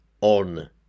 on